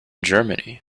germany